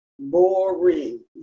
Boring